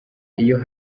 iyo